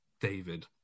David